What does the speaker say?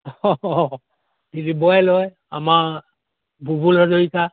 অঁ দিলীপ বৰাই লয় আমাৰ বুবুল হাজৰিকা